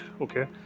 okay